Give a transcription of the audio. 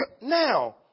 Now